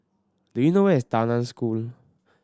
do you know where is Tao Nan School